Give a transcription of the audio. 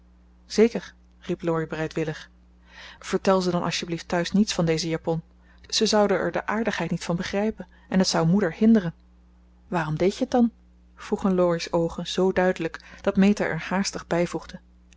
zeker riep laurie bereidwillig vertel ze dan als'tjeblieft thuis niets van deze japon ze zouden er de aardigheid niet van begrijpen en het zou moeder hinderen waarom deed je het dan vroegen laurie's oogen zoo duidelijk dat meta er haastig bijvoegde